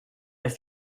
elle